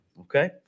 Okay